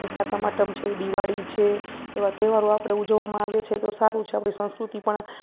કે સાતમ આઠમ છે દિવાળી છે એવા તહેવારો આપણે ઉજવવામાં આવે છે તો સારું છે આપણી સંસ્કૃતિ પણ